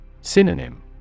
Synonym